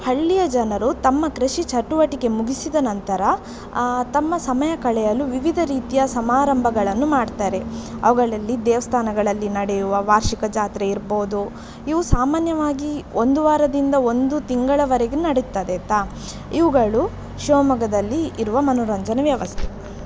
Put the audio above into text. ಹಳ್ಳಿಯ ಜನರು ತಮ್ಮ ಕೃಷಿ ಚಟುವಟಿಕೆ ಮುಗಿಸಿದ ನಂತರ ತಮ್ಮ ಸಮಯ ಕಳೆಯಲು ವಿವಿಧ ರೀತಿಯ ಸಮಾರಂಭಗಳನ್ನು ಮಾಡ್ತಾರೆ ಅವುಗಳಲ್ಲಿ ದೇವಸ್ಥಾನಗಳಲ್ಲಿ ನಡೆಯುವ ವಾರ್ಷಿಕ ಜಾತ್ರೆ ಇರ್ಬೌದು ಇವು ಸಾಮಾನ್ಯವಾಗಿ ಒಂದು ವಾರದಿಂದ ಒಂದು ತಿಂಗಳವರೆಗೆ ನಡಿತ್ತದೆ ಆಯಿತಾ ಇವುಗಳು ಶಿವಮೊಗ್ಗದಲ್ಲಿ ಇರುವ ಮನೋರಂಜನೆ ವ್ಯವಸ್ಥೆ